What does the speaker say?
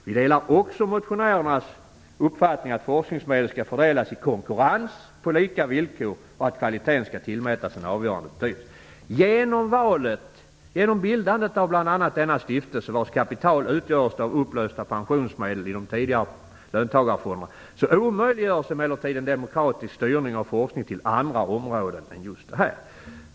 Vi delar också motionärernas uppfattning att forskningsmedel skall fördelas i konkurrens på lika villkor och att kvaliteten skall tillmätas en avgörande betydelse. Genom bildandet av bl.a. denna stiftelse, vars kapital utgörs av upplösta pensionsmedel i de tidigare löntagarfonderna, omöjliggörs emellertid en demokratisk styrning av forskning till andra områden än just detta.